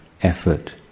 effort